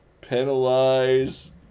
penalize